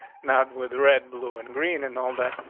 not with red, blue and green and all that.